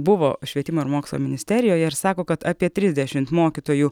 buvo švietimo ir mokslo ministerijoje ir sako kad apie trisdešimt mokytojų